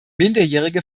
minderjährige